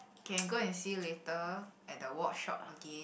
can go and see later at the watch shop again